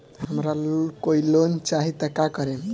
हमरा कोई लोन चाही त का करेम?